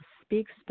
speaks